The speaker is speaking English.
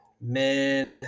man